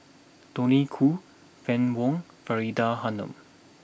Tony Khoo Fann Wong Faridah Hanum